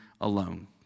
alone